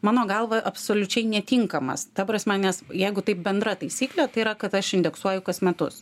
mano galva absoliučiai netinkamas ta prasme nes jeigu taip bendra taisykle tai yra kad aš indeksuoja kas metus